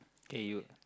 k you